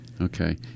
Okay